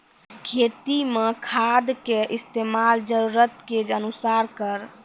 खेती मे खाद के इस्तेमाल जरूरत के अनुसार करऽ